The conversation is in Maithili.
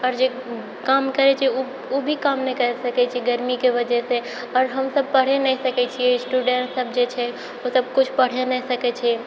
आओर जे काम करै छै ओ ओ भी काम नहि करि सकै छै गर्मीके वजहसँ आओर हमसभ पढ़ि नहि सकै छियै स्टुडेन्टसभ जे छै ऊसभ किछु पढ़ि नहि सकै छियै